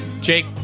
jake